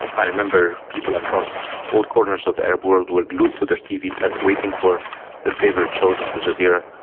i remember people across all corners of the arab world were glued to their tv sets waiting for their favourite shows on al jazeera,